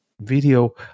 video